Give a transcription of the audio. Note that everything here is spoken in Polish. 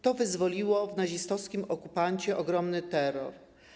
To wyzwoliło w nazistowskim okupancie ogromny terror.